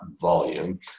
volume